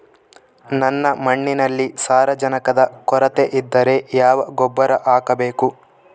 ನನ್ನ ಮಣ್ಣಿನಲ್ಲಿ ಸಾರಜನಕದ ಕೊರತೆ ಇದ್ದರೆ ಯಾವ ಗೊಬ್ಬರ ಹಾಕಬೇಕು?